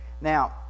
Now